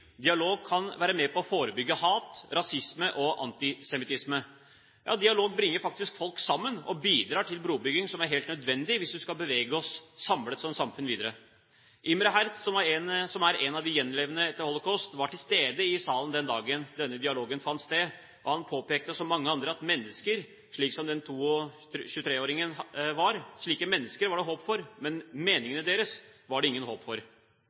Dialog kan være med på å forebygge hat, rasisme og antisemittisme. Ja, dialog bringer faktisk folk sammen og bidrar til brobygging, som er helt nødvendig hvis vi skal bevege oss samlet videre som samfunn. Imre Hertz, som er en av de gjenlevende etter holocaust, var til stede i salen den dagen denne dialogen fant sted. Han påpekte, som mange andre, at slike mennesker, som denne 23-åringen, var det håp for, men meningene deres var det ikke noe håp for.